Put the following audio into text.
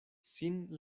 sin